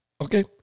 Okay